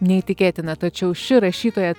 neįtikėtina tačiau ši rašytoja